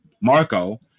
Marco